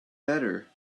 better